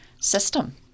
system